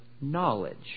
knowledge